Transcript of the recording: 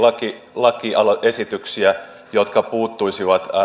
lakiesityksiä jotka puuttuisivat